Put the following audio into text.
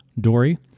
Dory